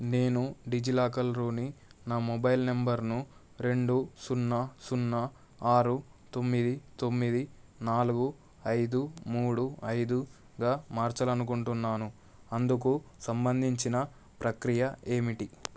నేను డిజిలాకర్లోని నా మొబైల్ నంబర్ను రెండు సున్నా సున్నా ఆరు తొమ్మిది తొమ్మిది నాలుగు ఐదు మూడు ఐదుగా మార్చాలనుకుంటున్నాను అందుకు సంబంధించిన ప్రక్రియ ఏమిటి